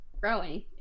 growing